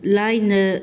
ꯂꯥꯏꯅ